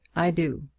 i do.